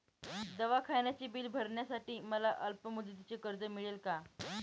दवाखान्याचे बिल भरण्यासाठी मला अल्पमुदतीचे कर्ज मिळेल का?